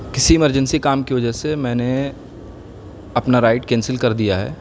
کسی ایمرجنسی کام کی وجہ سے میں نے اپنا رائڈ کینسل کر دیا ہے